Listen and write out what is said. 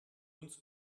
uns